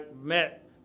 met